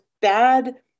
bad